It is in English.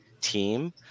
team